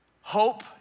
hope